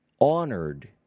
honored